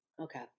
Okay